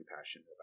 passionate